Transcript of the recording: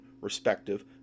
respective